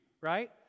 Right